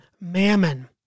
mammon